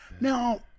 now